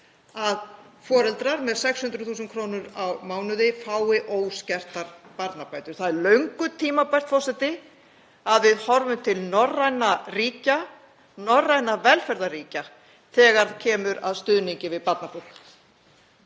að foreldrar með 600.000 kr. á mánuði fái óskertar barnabætur. Það er löngu tímabært, forseti, að við horfum til norrænna ríkja, norrænna velferðarríkja, þegar kemur að stuðningi við barnafólk.